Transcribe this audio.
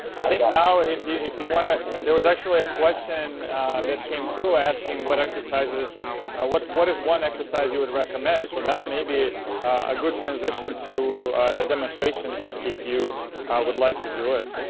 i think now if you if you wanna there was actually a question that came through asking what exercises what what is one exercise you would recommend so that may be a good transition to a demonstration if if you would like to do it.